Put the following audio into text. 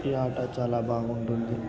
ఈ ఆట చాలా బాగుంటుంది